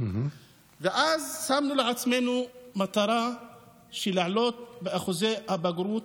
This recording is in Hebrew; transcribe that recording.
שמנו לעצמנו מטרה לעלות באחוזי הבגרות